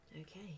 Okay